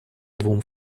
двум